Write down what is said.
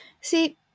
See